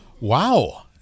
wow